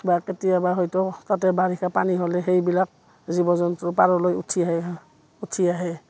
বা কেতিয়াবা হয়তো তাতে বাৰিষা পানী হ'লে সেইবিলাক জীৱ জন্তু পাৰলৈ উঠি আহে উঠি আহে